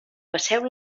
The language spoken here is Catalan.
passeu